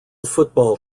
football